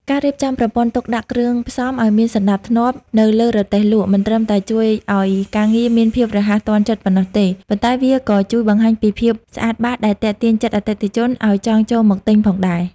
ការរៀបចំប្រព័ន្ធទុកដាក់គ្រឿងផ្សំឱ្យមានសណ្ដាប់ធ្នាប់នៅលើរទេះលក់ មិនត្រឹមតែជួយឱ្យការងារមានភាពរហ័សទាន់ចិត្តប៉ុណ្ណោះទេ ប៉ុន្តែវាក៏ជួយបង្ហាញពីភាពស្អាតបាតដែលទាក់ទាញចិត្តអតិថិជនឱ្យចង់ចូលមកទិញផងដែរ។